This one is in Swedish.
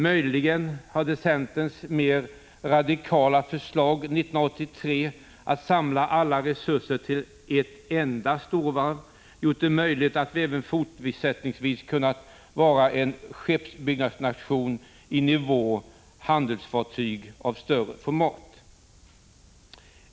Möjligen hade centerns mer radikala förslag 1983, att samla alla resurserna till ett enda storvarv, gjort det möjligt att Sverige även fortsättningsvis hade kunnat vara en skeppsbyggarnation på nivån handelsfartyg av större format.